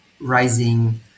rising